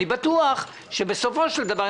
אני בטוח שבסופו של דבר,